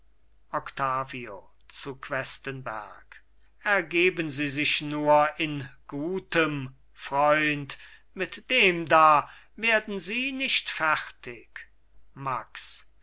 octavio zu questenberg ergeben sie sich nur in gutem freund mit dem da werden sie nicht fertig max